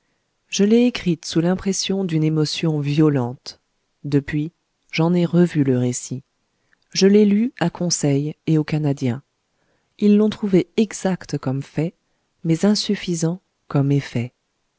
je l'ai écrite sous l'impression d'une émotion violente depuis j'en ai revu le récit je l'ai lu à conseil et au canadien ils l'ont trouvé exact comme fait mais insuffisant comme effet